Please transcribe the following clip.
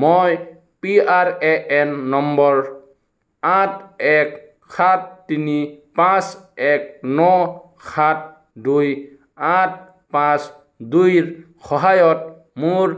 মই P R A N number আঠ এক সাত তিনি পাঁচ এক ন সাত দুই আঠ পাঁচ দুইৰ সহায়ত মোৰ